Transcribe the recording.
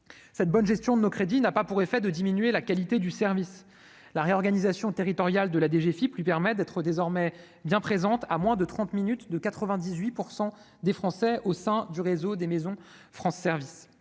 cette bonne gestion de nos crédits n'a pas pour effet de diminuer la qualité du service, la réorganisation territoriale de la DGFIP lui permet d'être désormais bien présente à moins de 30 minutes de 98 % des Français au sein du réseau des maisons France service